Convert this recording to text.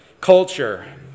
culture